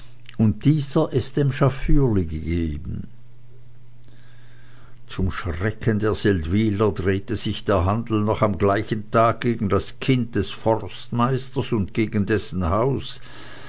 und dieser es dem schafürli gegeben zum schrecken der seldwyler drehte sich der handel noch am gleichen tage gegen das kind des forstmeisters und gegen dessen haus